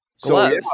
gloves